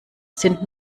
sind